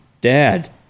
Dad